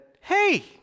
hey